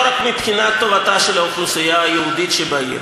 לא רק מבחינת טובתה של האוכלוסייה היהודית שבעיר,